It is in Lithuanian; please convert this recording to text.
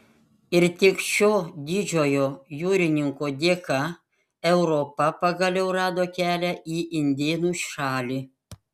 ir tik šio didžiojo jūrininko dėka europa pagaliau rado kelią į indėnų šalį